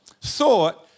thought